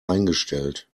eingestellt